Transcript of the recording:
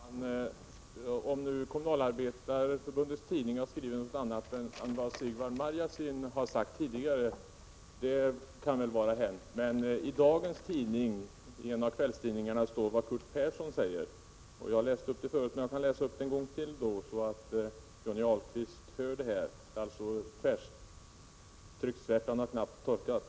Herr talman! Om nu Kommunalarbetareförbundets tidning har skrivit något annat än vad Sigvard Marjasin har sagt tidigare, så kan det väl vara hänt. Men i en av dagens kvällstidningar står vad Curt Persson säger. Jag har läst upp det förut, men jag kan läsa upp det ännu en gång, så att Johnny Ahlqvist hör det. Det är alltså färskt — trycksvärtan har knappt torkat.